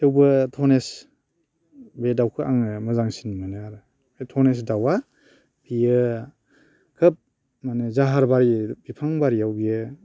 थेवबो धनेस बे दाउखो आङो मोजांसिन मोनो आरो बे धनेस दाउआ बियो खोब माने जाहारबारि बिफां बारियाव बियो